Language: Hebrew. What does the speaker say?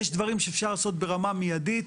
יש דברים שאפשר לעשות ברמה מיידית.